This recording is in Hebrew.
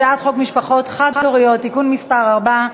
הצעת חוק משפחות חד-הוריות (תיקון מס' 4),